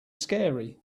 scary